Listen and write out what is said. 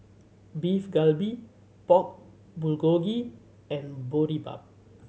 Beef Galbi Pork Bulgogi and Boribap